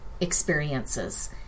experiences